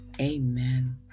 Amen